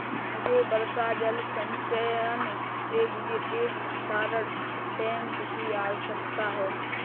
मुझे वर्षा जल संचयन के लिए एक भंडारण टैंक की आवश्यकता है